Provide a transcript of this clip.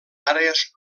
àrees